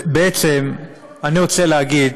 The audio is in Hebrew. אני רוצה להגיד